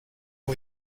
are